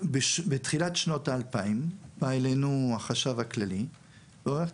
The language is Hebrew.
בתחילת שנות ה-2000 בא אלינו החשב הכללי ואמר,